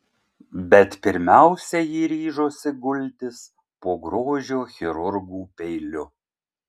bet pirmiausia ji ryžosi gultis po grožio chirurgų peiliu